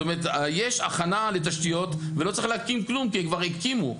יש הכנה לתשתיות ולא צריך להקים כלום כי כבר הקימו.